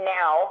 now